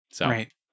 Right